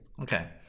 Okay